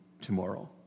tomorrow